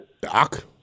Doc